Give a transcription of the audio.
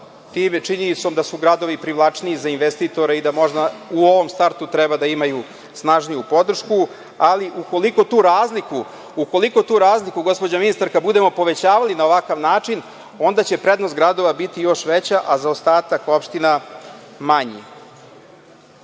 time činjenicom da su gradovi privlačniji za investitore i da možda u ovom startu imaju snažniju podršku, ali ukoliko tu razliku gospođo ministarka budemo povećavali na ovakav način onda će prednost gradova biti još veća, a za ostatak opština manji.